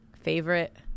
favorite